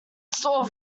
sore